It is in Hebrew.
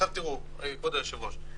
כבוד היושב-ראש,